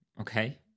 Okay